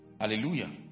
Hallelujah